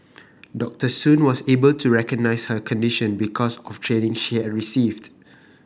Doctor Soon was able to recognise her condition because of training she had received